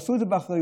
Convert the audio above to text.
עשו את זה באחריות.